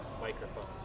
microphones